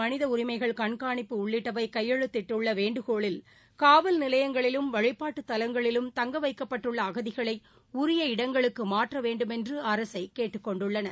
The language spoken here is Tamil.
மனித உரிமைகள் கண்காணிப்பு உள்ளிப்டவை கையெழுத்திட்டுள்ள வேண்டுகோளில் நிலையங்களிலும் வழ்பாட்டுத் தலங்களிலும் தங்க வைக்கட்பட்டுள்ள அகதிகளை உரிய இடங்களுக்கு மாற்ற வேண்டுமென்று அரசை கேட்டுக் கொண்டுள்ளன